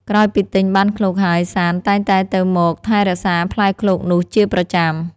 ក្រោយពីទិញបានឃ្លោកហើយសាន្តតែងតែទៅមកថែរក្សាផ្លែឃ្លោកនោះជាប្រចាំ។